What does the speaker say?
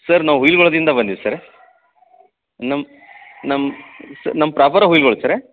sir ನಾವು ಹುಯಿಲಗೊಳದಿಂದ್ ಬಂದೀವಿ ಸರ್ ನಮ್ಮ ನಮ್ಮ ಪ್ರಾಪರಾ ಹುಯಿಲ್ಗೊಳ ಸರ್